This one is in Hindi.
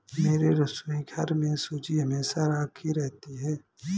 मेरे रसोईघर में सूजी हमेशा राखी रहती है